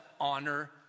honor